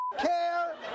care